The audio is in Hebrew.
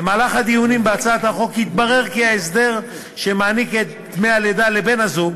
במהלך הדיונים בהצעת החוק התברר כי ההסדר שמעניק את דמי הלידה לבן-הזוג